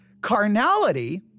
carnality